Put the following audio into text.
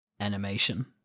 animation